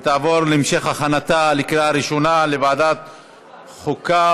ותעבור להכנתה לקריאה ראשונה לוועדת חוקה,